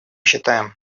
считаем